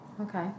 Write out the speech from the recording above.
okay